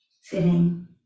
sitting